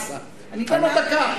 אני נותן לו דקה.